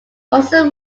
also